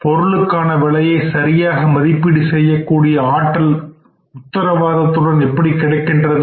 பொருளுக்கான விலையை சரியாக மதிப்பீடு செய்யக்கூடிய ஆற்றல் உத்தரவாதத்துடன் எப்படி கிடைக்கின்றது